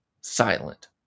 silent